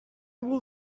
will